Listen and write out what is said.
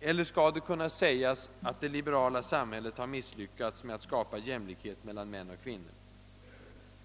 Eller skall det kunna sägas att det liberala samhället har misslyckats i fråga om att skapa jämlikhet mellan män och kvinnor?